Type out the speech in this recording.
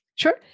Sure